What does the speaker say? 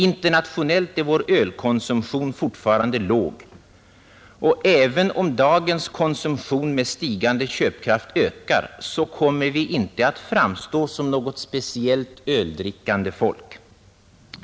Internationellt är vår ölkonsumtion fortfarande låg, och även om dagens konsumtion med stigande köpkraft ökar, så kommer vi inte att framstå som något speciellt öldrickande folk.